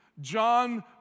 John